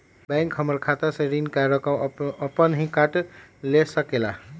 Bank हमार खाता से ऋण का रकम अपन हीं काट ले सकेला?